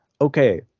okay